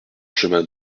chemin